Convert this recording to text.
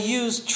use